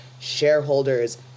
shareholders